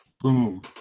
Boom